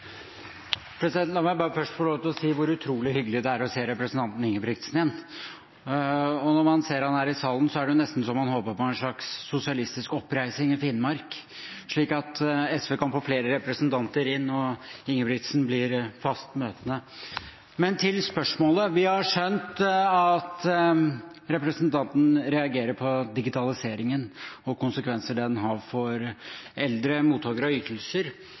er å se representanten Ingebrigtsen igjen. Når man ser ham her i salen, er det nesten så man håper på en slags sosialistisk oppreisning i Finnmark, slik at SV kan få flere representanter inn og Ingebrigtsen blir fast møtende. Men til spørsmålet: Vi har skjønt at representanten reagerer på digitaliseringen og konsekvenser den har for eldre mottakere av ytelser.